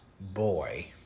boy